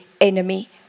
enemy